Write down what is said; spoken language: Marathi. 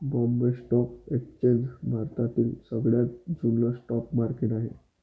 बॉम्बे स्टॉक एक्सचेंज भारतातील सगळ्यात जुन स्टॉक मार्केट आहे